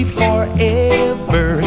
forever